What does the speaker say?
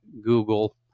Google